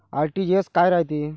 RTGS काय रायते?